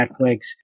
Netflix